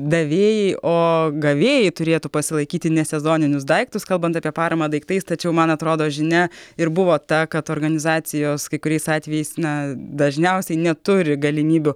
davėjai o gavėjai turėtų pasilaikyti ne sezoninius daiktus kalbant apie paramą daiktais tačiau man atrodo žinia ir buvo ta kad organizacijos kai kuriais atvejais na dažniausiai neturi galimybių